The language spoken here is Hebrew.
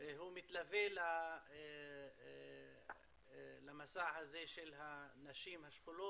הוא מתלווה למסע הזה של הנשים השכולות,